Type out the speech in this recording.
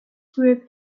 group